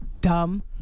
dumb